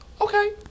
Okay